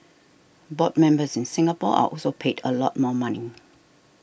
board members in Singapore are also paid a lot more money